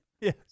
Yes